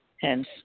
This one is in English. hence